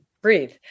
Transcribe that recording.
Breathe